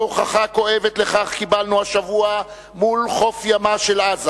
והוכחה כואבת לכך קיבלנו השבוע מול חוף ימה של עזה,